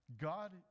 God